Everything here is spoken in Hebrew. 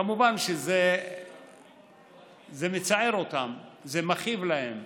כמובן שזה מצער אותם, זה מכאיב להם,